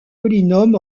polynômes